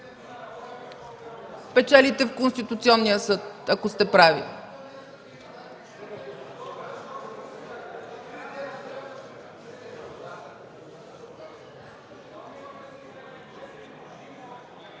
Печелите в Конституционния съд, ако сте прави.